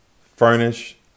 furnish